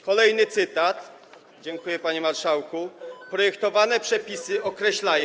Kolejny cytat - dziękuję, panie marszałku - projektowane przepisy określają.